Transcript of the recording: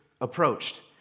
approached